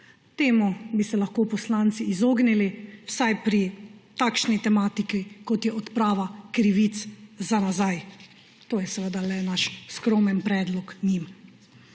Temu bi se lahko poslanci izognili vsaj pri takšni tematiki, kot je odprava krivic za nazaj. To je seveda le naš skromen predlog njim.